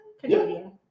Canadian